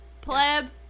Pleb